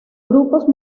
grupos